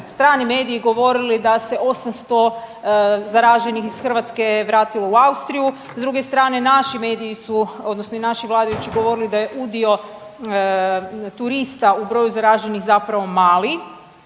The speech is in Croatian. strani mediji govorili da se 800 zaraženih iz Hrvatske vratilo u Austriju. S druge strane, naši mediji, odnosno i naši vladajući govorili da je udio turista u broju zaraženih zapravo mali.